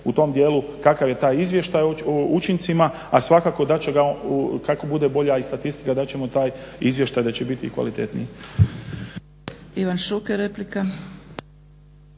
u tom dijelu kakav je taj izvještaj o učincima, a svakako da će ga kako bude bolja i statistika da ćemo taj izvještaj da će biti i kvalitetniji.